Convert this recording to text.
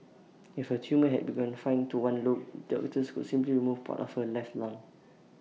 if her tumour had been confined to one lobe doctors could simply remove part of her left lung